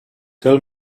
tell